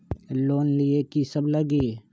Loan लिए की सब लगी?